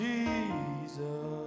Jesus